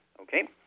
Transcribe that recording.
okay